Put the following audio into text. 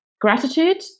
gratitude